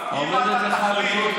עומדת לך רשות,